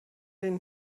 den